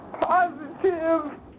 positive